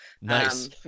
Nice